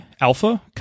Alpha